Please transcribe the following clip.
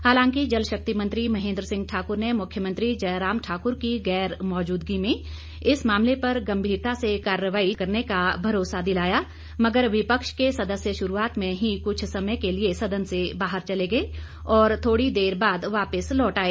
हालांकि जल शक्ति मंत्री महेन्द्र सिंह ठाक्र ने मुख्यमंत्री जयराम ठाक्र की गैर मौजूदगी में इस मामले पर गंभीरता से कार्रवाई करने का भरोसा दिलाया मगर विपक्ष के सदस्य शुरूआत में ही कुछ समय के लिए सदन से बाहर चले गए और थोडी देर बाद वापिस लौट आए